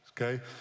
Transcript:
Okay